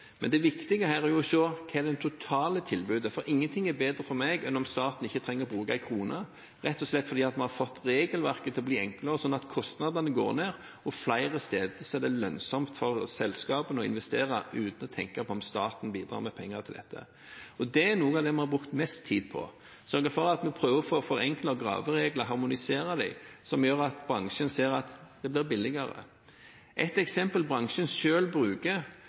Men det viktige her er å se hva som er det totale tilbudet, for ingenting er bedre for meg enn om staten ikke trenger å bruke en krone, rett og slett fordi man har fått regelverket til å bli enklere sånn at kostnadene går ned, og flere steder er det lønnsomt for selskapene å investere uten å tenke på om staten bidrar med penger til dette. Det er noe av det vi har brukt mest tid på – sørge for at vi prøver å få forenklete graveregler og harmonisere dem, som gjør at bransjen ser at det blir billigere. Et eksempel som bransjen selv bruker,